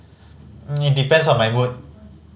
it depends on my mood